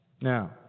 Now